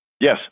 Yes